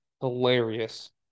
hilarious